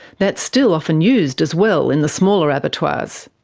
that's still often used as well in the smaller abattoirs.